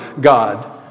God